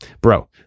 bro